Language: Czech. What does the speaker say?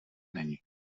není